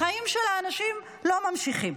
החיים של האנשים לא ממשיכים.